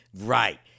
Right